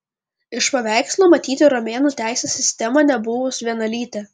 iš paveikslo matyti romėnų teisės sistemą nebuvus vienalytę